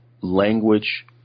language